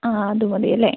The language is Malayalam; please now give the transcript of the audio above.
ആ അത് മതി അല്ലേ